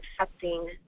accepting